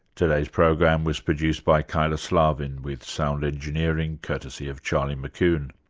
today's program was produced by kyla slaven with sound engineering courtesy of charlie mckune.